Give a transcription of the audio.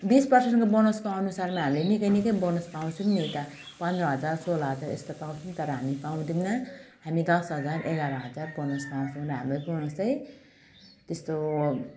बिस पर्सेन्टको बोनस पाउने सालमा हामीले निकै निकै बोनस पाउँछौँ नि त पन्ध्र हजार सोह्र हजार यस्तो पाउँछौँ तर हामी पाउँदैनौँ हामी दस हजार एघार हजार बोनस पाउँछौँ हामीहरूकोमा चाहिँ त्यस्तो